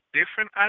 Different